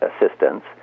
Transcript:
assistance